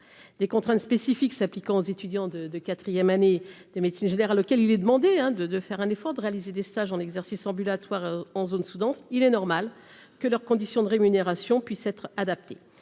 des contraintes spécifiques s'appliquant aux étudiants de de 4ème année de médecine générale auquel il est demandé de de faire un effort de réaliser des stages en exercice ambulatoire en zone sous-dense, il est normal que leurs conditions de rémunération puisse être adapté